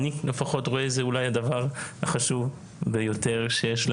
וזה מאוד-מאוד כואב כי זה גם הביא את הבית